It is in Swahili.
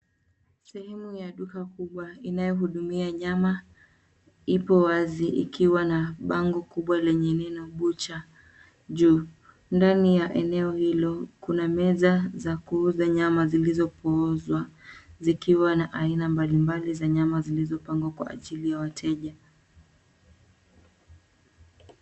Sehemu ya duka kubwa inayohudumia nyama ipo wazi ikiwa na bango kubwa lenye neno butcher juu. Ndani ya eneo hilo kuna meza za kuuza nyama zilizopoozwa zikiwa na aina mbalimbali za nyama zilizopangwa kwa ajili ya wateja.